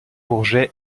bourget